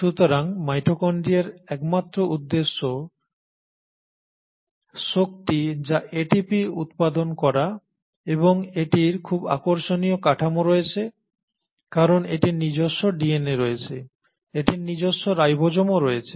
সুতরাং মাইটোকন্ড্রিয়ার একমাত্র উদ্দেশ্য শক্তি যা এটিপি উৎপাদন করা এবং এটির খুব আকর্ষণীয় কাঠামো রয়েছে কারণ এটির নিজস্ব ডিএনএ রয়েছে এটির নিজস্ব রাইবোসোমও রয়েছে